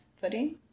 footing